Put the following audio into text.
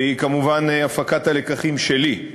והיא כמובן הפקת הלקחים שלי.